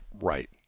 right